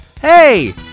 hey